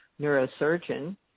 neurosurgeon